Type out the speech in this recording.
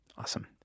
Awesome